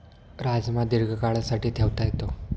राजमा दीर्घकाळासाठी ठेवता येतो